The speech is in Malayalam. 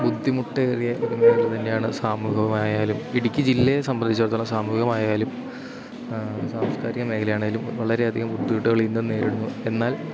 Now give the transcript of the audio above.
ബുദ്ധിമുട്ടേറിയ ഒരു മേഖല തന്നെയാണ് സാമൂഹികമായാലും ഇടുക്കി ജില്ലയെ സംബന്ധിച്ചെടുത്തോളം സാമൂഹികമായാലും സാംസ്കാരിക മേഖലയാണെങ്കിലും വളരേയധികം ബുദ്ധിമുട്ടുകളിന്നും നേരിടുന്നു എന്നാൽ